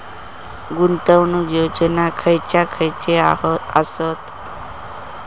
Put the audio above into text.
गुंतवणूक योजना खयचे खयचे आसत?